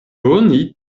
oni